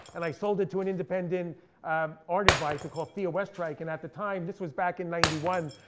and i sold it to an independent art adviser called thea westreich. and at the time, this was back in ninety one,